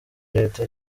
leta